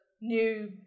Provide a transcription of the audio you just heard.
new